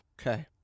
Okay